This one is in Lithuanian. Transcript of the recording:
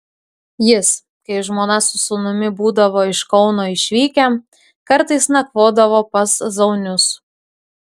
jis kai žmona su sūnumi būdavo iš kauno išvykę kartais nakvodavo pas zaunius